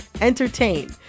entertain